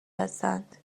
هستند